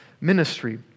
ministry